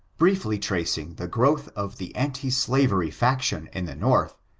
briefly tracing the growth of the anti-slavery faction in the north,